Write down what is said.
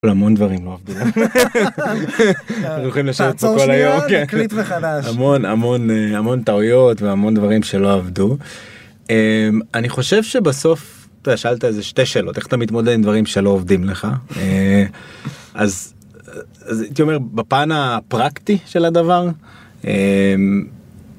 אבל המון דברים לא עבדו היינו יכולים לשבת פה כל היום תעצור שניה, נקליט מחדש המון המון המון טעויות והמון דברים שלא עבדו. אני חושב שבסוף אתה שאלת איזה שתי שאלות איך אתה מתמודד עם דברים שלא עובדים לך אז. אז הייתי אומר בפן הפרקטי של הדבר.